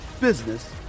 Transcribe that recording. business